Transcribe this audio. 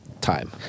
time